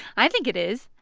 i think it is,